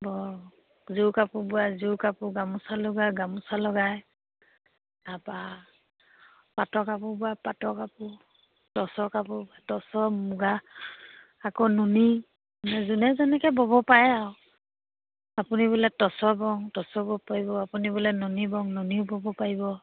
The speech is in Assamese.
বৰ যোৰ কাপোৰ বোৱাই যোৰ কাপোৰ গামোচা লগোৱাই গামোচা লগায় তাৰপৰা পাটৰ কাপোৰ বোৱাই পাটৰ কাপোৰ টচৰ কাপোৰ বোৱাই টচৰ মুগা আকৌ নুনি যোনে যেনেকৈ ব'ব পাৰে আৰু আপুনি বোলে টচৰ বওঁ টচৰ ব'ব পাৰিব আপুনি বোলে নুনী বওঁ নুনীও ব'ব পাৰিব